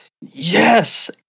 yes